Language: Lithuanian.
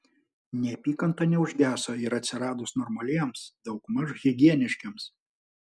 neapykanta neužgeso ir atsiradus normaliems daugmaž higieniškiems